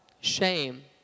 shame